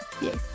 yes